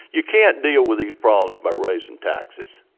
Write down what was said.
you can't deal with these problems by raising taxes.